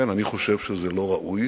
כן, אני חושב שזה לא ראוי.